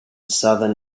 southern